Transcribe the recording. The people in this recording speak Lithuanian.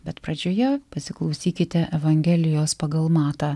bet pradžioje pasiklausykite evangelijos pagal matą